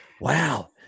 Wow